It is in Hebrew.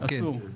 אסור.